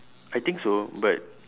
I think so but